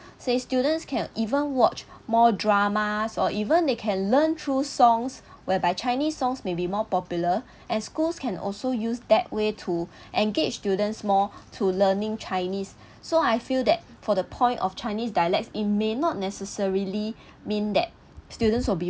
say students can even watch more dramas or even they can learn through songs whereby chinese songs may be more popular as schools can also use that way to engage students more to learning chinese so I feel that for the point of chinese dialects in may not necessarily mean that students will be